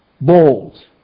bold